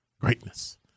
greatness